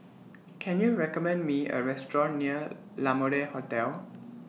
Can YOU recommend Me A Restaurant near La Mode Hotel